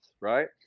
Right